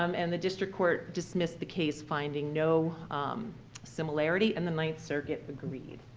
um and the district court dismissed the case finding no similarity, and the ninth circuit agreed.